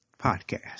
Podcast